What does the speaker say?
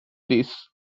this